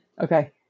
okay